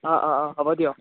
অঁ অঁ হ'ব দিয়ক